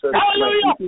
hallelujah